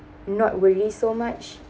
not really so much